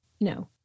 No